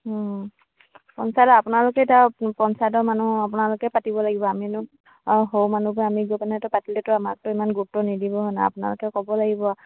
পঞ্চায়তত আপোনালোকে এতিয়া পঞ্চায়তৰ মানুহ আপোনালোকে পাতিব লাগিব আমিনো সৰু মানুহবোৰে আমি গৈ পিনে পাতিলেতো আমাকতো ইমান গুৰুত্ব নিদিব ন আপোনালোকে ক'ব লাগিব